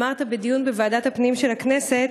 אמרת בדיון בוועדת הפנים של הכנסת,